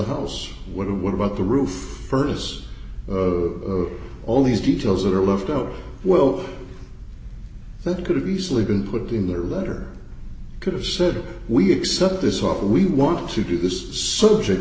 house what about the roof furnace all these details that are left out well that could have easily been put in their letter could have said we accept this offer we want to do this subject